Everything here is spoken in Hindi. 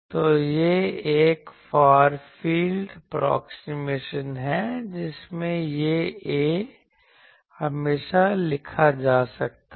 तो यह एक फार फील्ड एप्रोक्सीमेशन है जिसमें यह A हमेशा लिखा जा सकता है